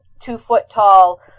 two-foot-tall